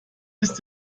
ist